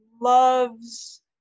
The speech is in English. loves